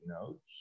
notes